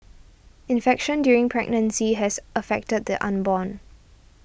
infection during pregnancy has affected the unborn